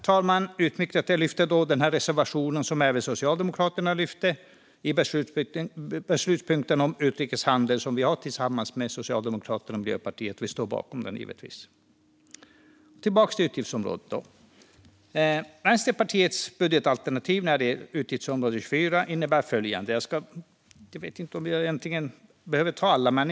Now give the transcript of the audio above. Här passar det att jag lyfter fram den reservation som vi har tillsammans med Socialdemokraterna och Miljöpartiet under beslutspunkten om utrikeshandel och som Socialdemokraterna yrkade bifall till. Vi står givetvis bakom reservationen och yrkar också bifall till den. Tillbaka till utgiftsområdet! Jag ska tala om Vänsterpartiets budgetalternativ när det gäller utgiftsområde 24. Jag vet inte om jag behöver ta upp allt.